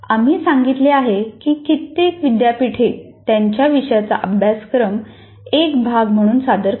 आम्ही सांगितले आहे की कित्येक विद्यापीठे त्यांच्या विषयाचा अभ्यासक्रम एक भाग म्हणून सादर करतात